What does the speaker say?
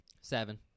seven